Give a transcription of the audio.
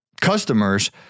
customers